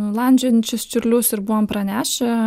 landžiojančius čiurlius ir buvom pranešę